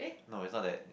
no is not that